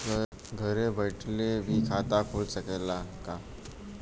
घरे बइठले भी खाता खुल सकत ह का?